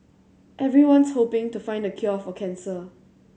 everyone's hoping to find the cure for cancer